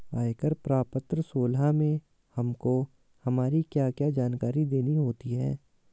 आयकर प्रपत्र सोलह में हमको हमारी क्या क्या जानकारी देनी होती है?